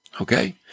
okay